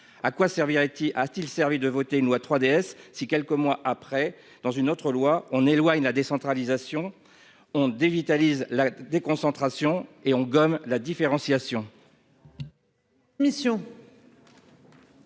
à quoi servirait, y a-t-il servi de voter une loi 3DS si quelques mois après dans une autre loi on éloigne la décentralisation ont dévitaliser la déconcentration et on gomme la différenciation.